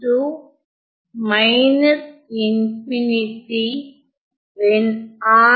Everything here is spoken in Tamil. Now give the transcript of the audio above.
ra will